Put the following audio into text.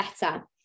better